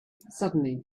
suddenly